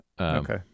Okay